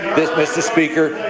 this mr. speaker,